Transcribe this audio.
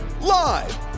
Live